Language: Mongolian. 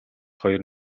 хоёр